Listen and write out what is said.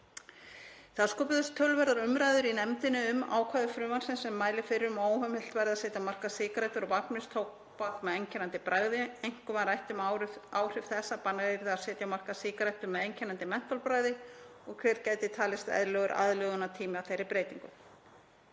Þá sköpuðust töluverðar umræður í nefndinni um ákvæði frumvarpsins sem mælir fyrir um að óheimilt verði að setja á markað sígarettur og vafningstóbak með einkennandi bragði. Einkum var rætt um áhrif þess að bannað yrði að setja á markað sígarettur með einkennandi mentólbragði og hver gæti talist eðlilegur aðlögunartími að þeirri breytingu.